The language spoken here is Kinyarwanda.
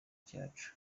cyacu